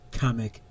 comic